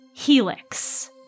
Helix